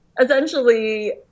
essentially